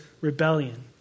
rebellion